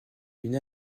une